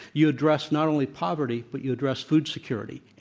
you address not only poverty, but you address food security.